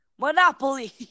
Monopoly